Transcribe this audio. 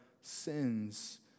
sins